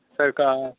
ਸਰਕਾਰ